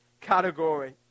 category